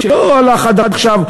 שלא הלך עד עכשיו,